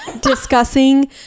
discussing